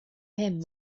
him